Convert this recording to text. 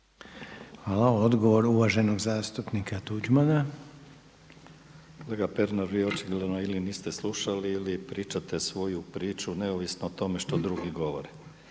Hvala. Odgovor uvaženog zastupnika Tuđmana. **Tuđman, Miroslav (HDZ)** Kolega Pernar, vi očigledno ili niste slušali ili pričate svoju priču neovisno o tome što drugi govore.